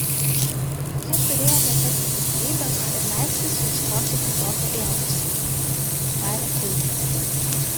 jie turėjo netekti kantrybės ir leistis ieškoti kitokio ėdesio tarė keinas